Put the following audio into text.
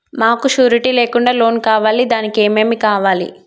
మాకు షూరిటీ లేకుండా లోన్ కావాలి దానికి ఏమేమి కావాలి?